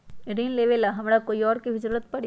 ऋन लेबेला हमरा कोई और के भी जरूरत परी?